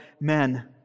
men